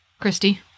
Christy